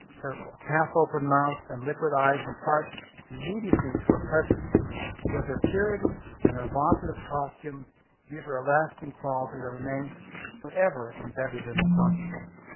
her half open mouth and liquid eyes impart immediacy to her presence yet her purity and her evocative costume give her a lasting quality that remains forever embedded in our consciousness.